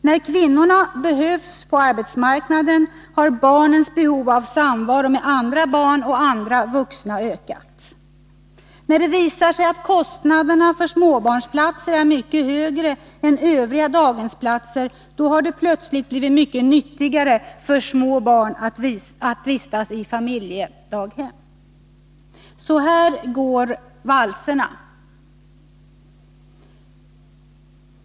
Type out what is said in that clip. När kvinnorna behövts på arbetsmarknaden har barnens behov av samvaro med andra barn och andra vuxna ökat. När det visat sig att kostnaderna för småbarnsplatser är mycket högre än övriga daghemsplatser har det plötsligt blivit mycket nyttigare för små barn att vistas i familjedaghem. Så här går valserna.